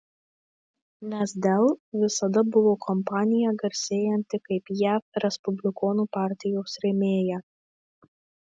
nes dell visada buvo kompanija garsėjanti kaip jav respublikonų partijos rėmėja